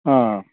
ആ ആ